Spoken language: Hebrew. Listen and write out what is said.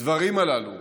הדברים הללו